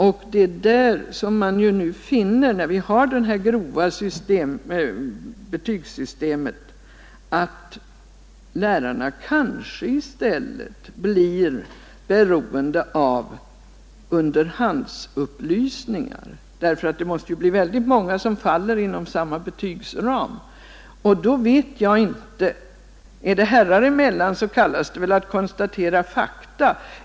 Med det nuvarande grova betygssystemet blir lärarna kanske i stället beroende av underhandsupplysningar. Det måste ju bli väldigt många elever som faller inom samma betygsram. Lämnas sådana upplysningar herrar emellan, kallas det väl att konstatera fakta.